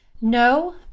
No